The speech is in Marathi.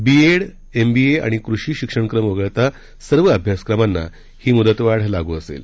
बीएड एमबीए आणि कृषी शिक्षणक्रम वगळता सर्व अभ्यासक्रमांना ही मुदतवाढ लागू असेल